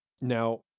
Now